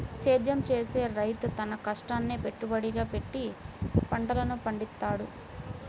సేద్యం చేసే రైతు తన కష్టాన్నే పెట్టుబడిగా పెట్టి పంటలను పండిత్తాడు